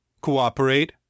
Cooperate